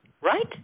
Right